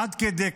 עד כדי כך.